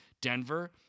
Denver